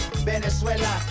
Venezuela